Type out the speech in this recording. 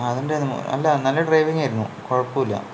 ആ അവൻ്റെ അല്ല നല്ല ഡ്രൈവിംഗ് ആയിരുന്നു കുഴപ്പമില്ല